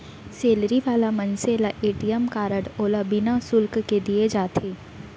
salary वाला मनसे ल ए.टी.एम कारड ओला बिना सुल्क के दिये जाथे